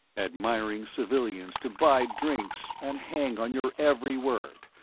admiring civilians to buy drinks and hang on your every word,